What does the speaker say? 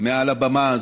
מעל הבמה הזאת.